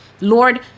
Lord